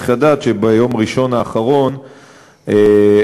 צריך לדעת שביום ראשון האחרון אושרה